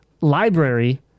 library